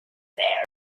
there